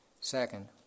Second